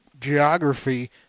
geography